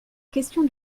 question